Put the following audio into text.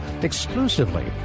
exclusively